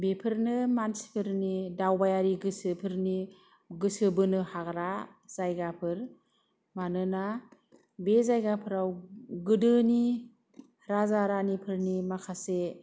बेफोरनो मानसिफोरनि दावबायारि गोसोफोरनि गोसो बोनो हाग्रा जायगाफोर मानोना बे जायगाफोराव गोदोनि राजा रानिफोरनि माखासे